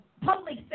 public